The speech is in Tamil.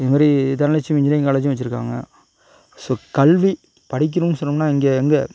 இது மாதிரி தனலட்சமி இன்ஜினியரிங் காலேஜும் வச்சிருக்காங்க ஸோ கல்வி படிக்கணும்னு சொன்னோம்னா இங்கே எங்கள்